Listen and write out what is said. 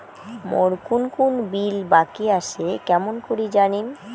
মোর কুন কুন বিল বাকি আসে কেমন করি জানিম?